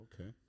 Okay